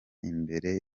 imbere